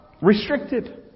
restricted